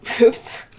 oops